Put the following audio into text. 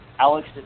Alex